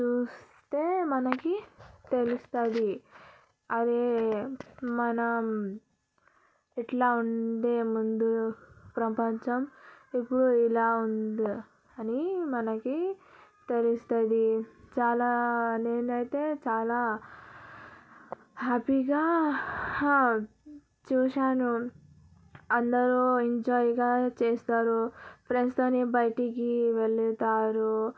చూస్తే మనకి తెలుస్తుంది అరే మనం ఇట్లా ఉండే ముందు ప్రపంచం ఇప్పుడు ఇలా ఉంది అని మనకి తెలుస్తుంది చాలా నేనైతే చాలా హ్యాపీగా చూశాను అందరూ ఎంజాయ్గా చేస్తారు ఫ్రెండ్స్ తోని బయటికి వెళ్తారు